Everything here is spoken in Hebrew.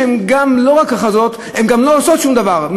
הן גם לא רק הכרזות הן גם לא עושות שום דבר,